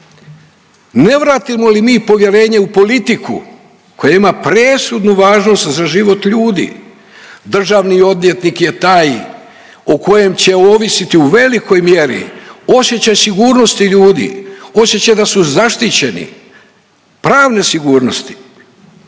Ne vratimo li mi povjerenje u politiku koja ima presudnu važnost za život ljudi, državni odvjetnik je taj o kojem će ovisiti u velikoj mjeri osjećaj sigurnosti ljudi, osjećaj da su zaštićeni, pravne sigurnosti.